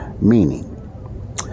Meaning